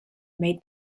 made